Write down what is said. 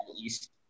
East